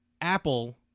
Apple